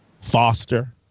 foster